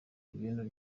ibintu